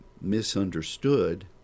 misunderstood